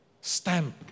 stamp